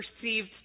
perceived